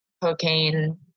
cocaine